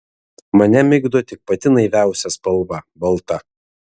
mane migdo tik pati naiviausia spalva balta